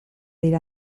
dira